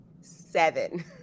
seven